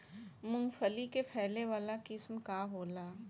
मूँगफली के फैले वाला किस्म का होला?